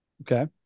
Okay